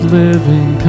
living